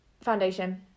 Foundation